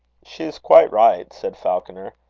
she is quite right, said falconer.